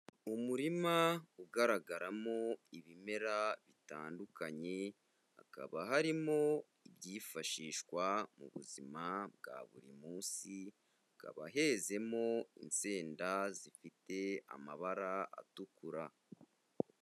Umurima ugaragaramo ibimera bitandukanye, hakaba harimo ibyifashishwa mu buzima bwa buri munsi hakaba hezemo insenda zifite amabara atukura.